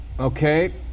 Okay